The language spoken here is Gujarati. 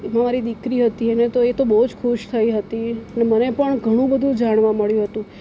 મારી દીકરી હતી એને તો એ તો બહુ જ ખુશ થઈ હતી ને મને પણ ઘણું બધું જાણવા મળ્યું હતું